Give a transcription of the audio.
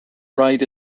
right